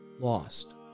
lost